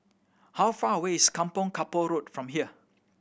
how far away is Kampong Kapor Road from here